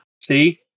See